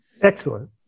Excellent